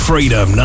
Freedom